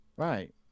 Right